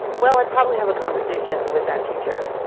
well, i'd probably have a conversation with that teacher,